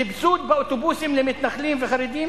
סבסוד באוטובוסים למתנחלים וחרדים,